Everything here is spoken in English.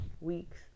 weeks